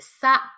sap